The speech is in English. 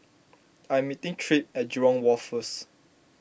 I am meeting Tripp at Jurong Wharf first